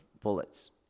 bullets